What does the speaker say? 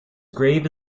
grave